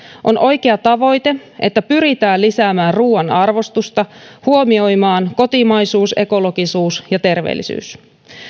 on oikea tavoite että pyritään lisäämään ruuan arvostusta ja huomioimaan kotimaisuus ekologisuus ja terveellisyys